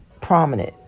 prominent